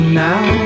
now